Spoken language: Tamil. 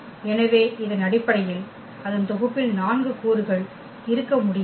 எனவே இதன் அடிப்படையில் அதன் தொகுப்பில் 4 கூறுகள் இருக்க முடியாது